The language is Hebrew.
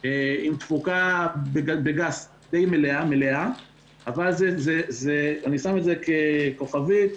עם תפוקה די מלאה, אבל אני שם את זה ככוכבית